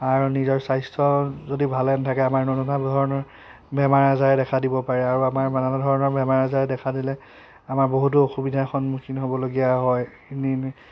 আৰু নিজৰ স্বাস্থ্য যদি ভালে নাথাকে আমাৰ নানান ধৰণৰ বেমাৰ আজাৰে দেখা দিব পাৰে আৰু আমাৰ নানান ধৰণৰ বেমাৰ আজাৰে দেখা দিলে আমাৰ বহুতো অসুবিধাৰ সন্মুখীন হ'বলগীয়া হয় নিনি